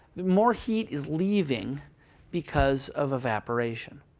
more heat is leaving because of evaporation.